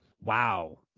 Wow